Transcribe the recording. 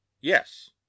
Yes